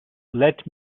let